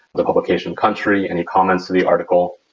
the publication country, any comments to the article.